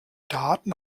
daten